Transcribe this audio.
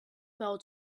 fell